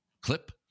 clip